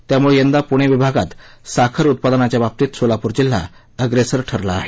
त्यामुळे यंदा पुणे विभागात साखर उत्पादनाच्या बाबतीत सोलापूर जिल्हा अग्रेसर ठरला आहे